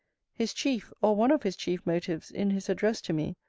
his chief, or one of his chief motives in his address to me,